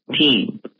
team